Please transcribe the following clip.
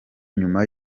nyuma